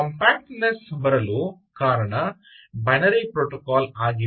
compact ನೆಸ್ ಬರಲು ಕಾರಣ binary protocol ಆಗಿದೆ